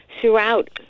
throughout